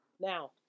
Now